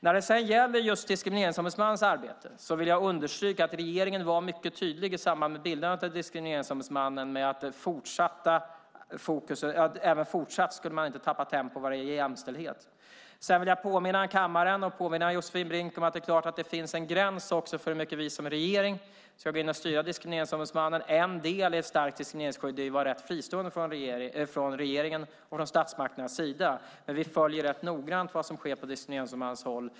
När det gäller Diskrimineringsombudsmannens arbete vill jag understryka att regeringen i samband med bildandet av Diskrimineringsombudsmannen var mycket tydlig med att man inte skulle tappa tempo vad gällde jämställdhet. Sedan vill jag påminna kammaren och Josefin Brink om att det naturligtvis finns en gräns för hur mycket vi som regering ska gå in och styra Diskrimineringsombudsmannen. En del i ett starkt diskrimineringsskydd är att vara rätt fristående i förhållande till statsmakterna. Vi följer dock noggrant vad som sker på Diskrimineringsombudsmannens håll.